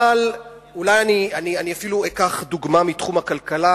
אבל אולי אני אפילו אקח דוגמה מתחום הכלכלה,